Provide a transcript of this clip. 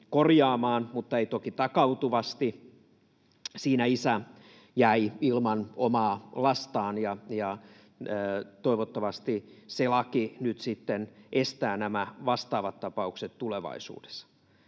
mutta ei toki takautuvasti. Siinä isä jäi ilman omaa lastaan, ja toivottavasti se laki nyt sitten estää nämä vastaavat tapaukset tulevaisuudessa.